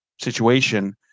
situation